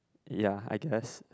ya I guess